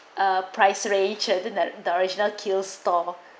a price range her than that the original kills store